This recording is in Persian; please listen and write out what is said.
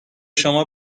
شما